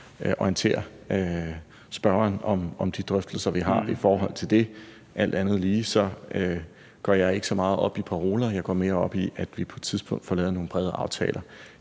orienterer spørgeren om de drøftelser, vi har, i forhold til det. Alt andet lige går jeg ikke så meget op i paroler; jeg går mere op i, at vi på et tidspunkt får lavet nogle brede aftaler.